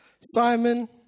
Simon